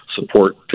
support